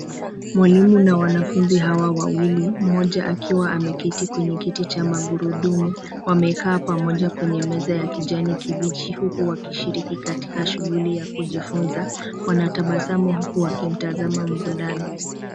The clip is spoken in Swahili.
Mwalimu na wanafunzi hawa wawili, mmoja akiwa ameketi kwenye kiti cha magurudumu, wamekaa pamoja kwenye meza ya kijani kibichi huku wakishiriki katika shughuli ya kujifunza. Wanatabasamu huku wakimtazama mvulana.